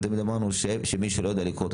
ותמיד אמרנו שמי שלא יודע לקרוא את